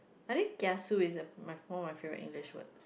I think kiasu is uh my one of my favourite English words